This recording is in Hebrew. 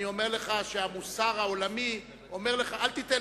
אני אומר לך שהמוסר העולמי אומר לך: אל תיתן